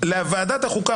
לוועדת החוקה,